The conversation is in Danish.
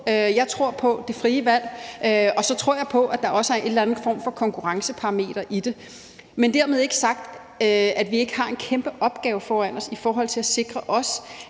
Jeg tror på det frie valg, og så tror jeg på, at der også er en eller anden form for konkurrenceparameter i det. Men dermed ikke sagt, at vi ikke har en kæmpe opgave foran os i forhold til også at sikre,